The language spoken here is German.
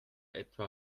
etwa